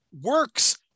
works